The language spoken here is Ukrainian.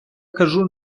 кажу